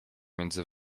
między